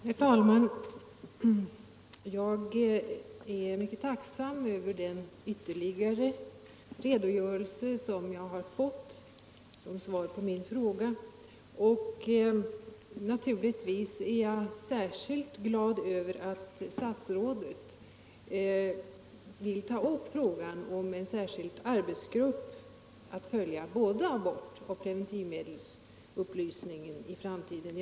Herr talman! Jag är mycket tacksam för den ytterligare redogörelse som jag nu fått, och naturligtvis är jag särskilt glad över att statsrådet vill ta upp frågan om en särskild arbetsgrupp som skall följa både abortoch preventivmedelsupplysningen i framtiden.